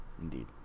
indeed